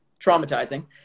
traumatizing